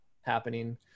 happening